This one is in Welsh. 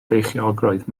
beichiogrwydd